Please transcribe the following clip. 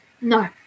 No